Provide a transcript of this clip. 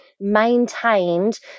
maintained